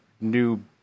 new